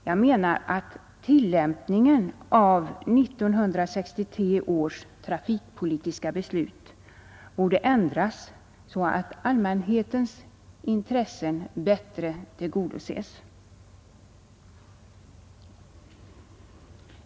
Jag menar att tillämpningen av 1963 års trafikpolitiska beslut borde ändras så att allmänhetens intressen bättre tillgodoses.